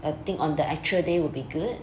I think on the actual day will be good